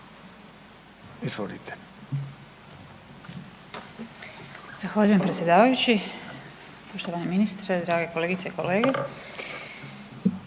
Izvolite.